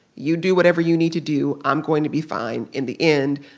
you do whatever you need to do. i'm going to be fine. in the end,